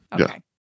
Okay